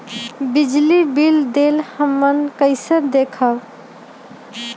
बिजली बिल देल हमन कईसे देखब?